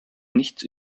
nichts